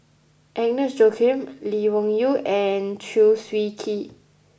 Agnes Joaquim Lee Wung Yew and Chew Swee Kee